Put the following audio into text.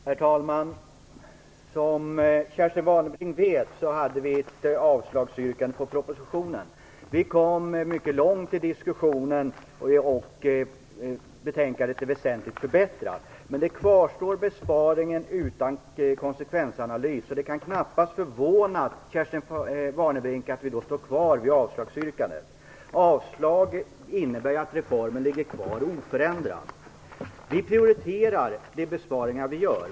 Herr talman! Som Kerstin Warnerbring vet hade vi ett avslagsyrkande på propositionen. Vi kom mycket långt i diskussionen, och betänkandet är väsentligt förbättrat. Men det kvarstår en besparing utan konsekvensanalys. Det kan knappast förvåna Kerstin Warnerbring att vi då står kvar vid avslagsyrkandet. Avslag innebär ju att reformen ligger kvar oförändrad. Vi prioriterar de besparingar vi gör.